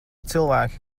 cilvēki